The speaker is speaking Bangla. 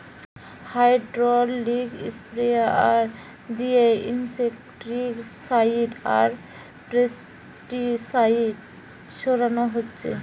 হ্যাড্রলিক স্প্রেয়ার দিয়ে ইনসেক্টিসাইড আর পেস্টিসাইড ছোড়ানা হচ্ছে